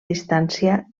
distància